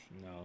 No